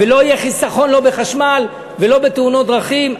לא יהיה חיסכון, לא בחשמל ולא בתאונות דרכים.